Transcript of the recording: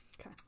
okay